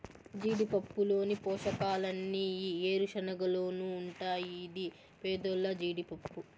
జీడిపప్పులోని పోషకాలన్నీ ఈ ఏరుశనగలోనూ ఉంటాయి ఇది పేదోల్ల జీడిపప్పు